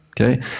okay